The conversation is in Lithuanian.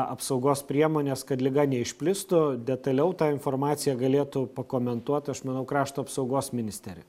apsaugos priemones kad liga neišplistų detaliau tą informaciją galėtų pakomentuot aš manau krašto apsaugos ministerija